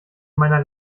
meiner